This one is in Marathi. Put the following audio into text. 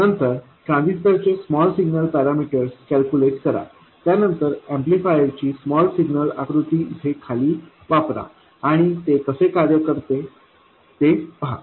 नंतर ट्रान्झिस्टर चे स्मॉल सिग्नल पॅरामीटर्स कॅल्क्युलेट करा त्यानंतर एम्पलीफायरची स्मॉल सिग्नल आकृती इथे खाली वापरा आणि ते कसे कार्य करते ते पहा